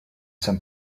some